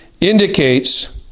indicates